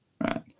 right